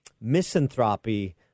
misanthropy